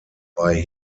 bei